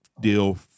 deal